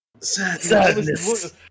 Sadness